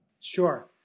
Sure